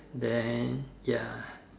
then ya